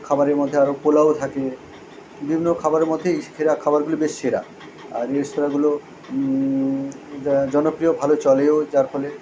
খাবারের মধ্যে আরও পোলাওও থাকে বিভিন্ন খাবারের মধ্যে এই সেরা খাবারগুলি বেশ সেরা আর রেস্তোরাঁগুলো জ জনপ্রিয় ভালো চলেও যার ফলে